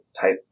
type